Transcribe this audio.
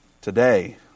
today